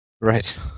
Right